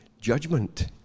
judgment